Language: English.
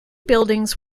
buildings